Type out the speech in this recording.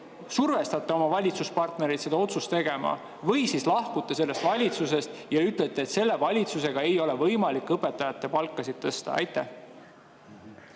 survestate oma valitsuspartnereid seda otsust tegema või siis lahkute sellest valitsusest ja ütlete, et selle valitsusega ei ole võimalik õpetajate palkasid tõsta. Aitäh,